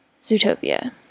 Zootopia